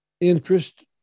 interest